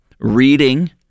reading